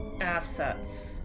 Assets